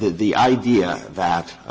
the idea that